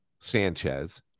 Sanchez